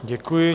Děkuji.